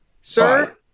sir